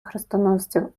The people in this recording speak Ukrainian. хрестоносців